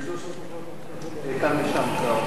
ההצעה להעביר